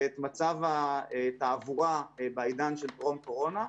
ואת מצב התעבורה בעידן של טרום קורונה.